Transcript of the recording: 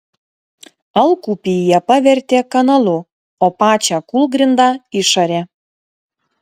alkupį jie pavertė kanalu o pačią kūlgrindą išarė